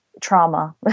trauma